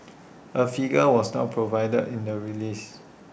A figure was not provided in the release